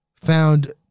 found